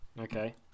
okay